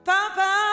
Papa